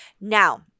Now